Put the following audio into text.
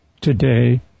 today